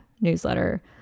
newsletter